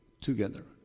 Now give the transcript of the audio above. together